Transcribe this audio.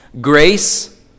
grace